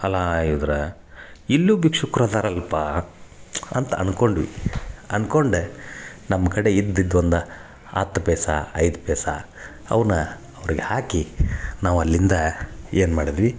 ಅಲ್ಲಾ ಇವರ ಇಲ್ಲು ಭಿಕ್ಷುಕ್ರ ಅದಾರಲ್ಲಪ್ಪ ಅಂತ ಅನ್ಕೊಂಡ್ವಿ ಅನ್ಕೊಂಡು ನಮ್ಮ ಕಡೆ ಇದ್ದಿದ್ದು ಒಂದು ಹತ್ತು ಪೈಸ ಐದು ಪೈಸ ಅವನ್ನ ಅವ್ರಿಗೆ ಹಾಕಿ ನಾವ್ ಅಲ್ಲಿಂದ ಏನು ಮಾಡದ್ವಿ